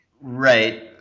Right